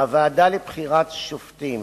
הוועדה לבחירת שופטים